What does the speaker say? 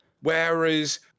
Whereas